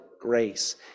grace